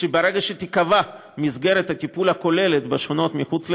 שברגע שתיקבע מסגרת הטיפול הכוללת בשכונות שמחוץ לגדר,